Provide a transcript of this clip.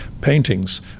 paintings